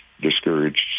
discouraged